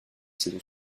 saison